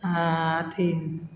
आओर अथी